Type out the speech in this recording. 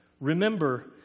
Remember